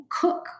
cook